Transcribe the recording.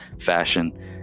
fashion –